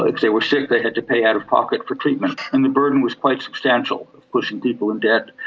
if they were sick they had to pay out of pocket for treatment, and the burden was quite substantial, pushing people in debt,